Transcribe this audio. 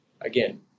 Again